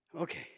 Okay